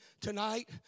tonight